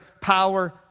power